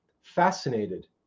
fascinated